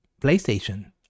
PlayStation